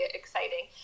exciting